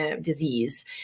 disease